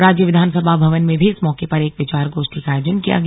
राज्य विधानसभा भवन में भी इस मौके पर एक विचार गोष्ठी का आयोजन किया गया